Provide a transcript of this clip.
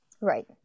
right